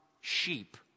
sheep